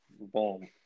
Boom